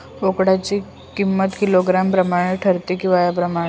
बोकडाची किंमत किलोग्रॅम प्रमाणे ठरते कि वयाप्रमाणे?